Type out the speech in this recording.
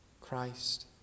Christ